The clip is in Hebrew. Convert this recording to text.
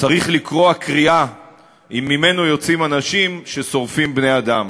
צריך לקרוע קריעה אם ממנו יוצאים אנשים ששורפים בני-אדם.